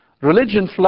religion